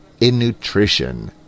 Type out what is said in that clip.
innutrition